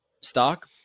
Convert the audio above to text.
stock